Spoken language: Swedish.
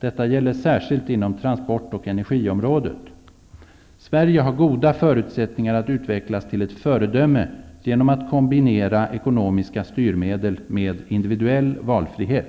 Detta gäller särskilt inom transport och energiområdet. Sverige har goda förutsättningar att utvecklas till ett föredöme genom att kombinera ekonomiska styrmedel med individuell valfrihet.